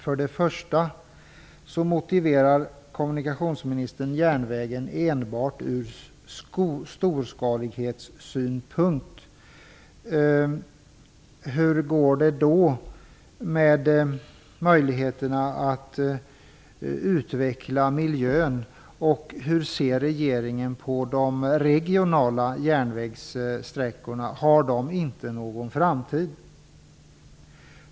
För det första motiverar kommunikationsministern järnvägstransporter enbart ur storskalighetssynpunkt. Hur blir det då med möjligheterna att utveckla miljön? Hur ser regeringen på de regionala järnvägssträckorna? Har de ingen framtid?